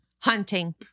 Hunting